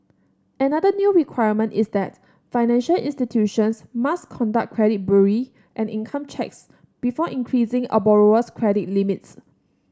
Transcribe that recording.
another new requirement is that financial institutions must conduct credit bureau and income checks before increasing a borrower's credit limits